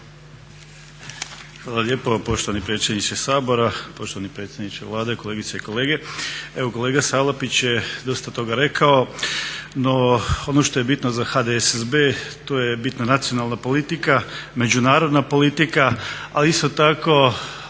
Hvala lijepa poštovani predsjedniče Sabor, poštovani predsjedniče Vlade, kolegice i kolege. Evo kolega Salapić je dosta toga rekao, no ono što je bitno za HDSSB to je bitna nacionalna politika, međunarodna politika a isto tako